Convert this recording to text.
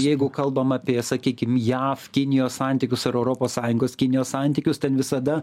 jeigu kalbam apie sakykime jav kinijos santykius ar europos sąjungos kinijos santykius ten visada